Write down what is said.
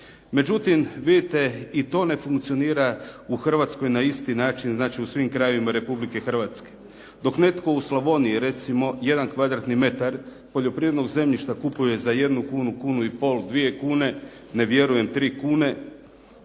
Međutim, vidite i to ne funkcionira u Hrvatskoj na isti način, znači u svim krajevima Republike Hrvatske. Dok netko u Slavoniji recimo 1 kvadratni metar poljoprivrednog zemljišta kupuje za 1 kunu, kunu i pol, dvije kune, ne vjerujem 3 kune